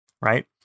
right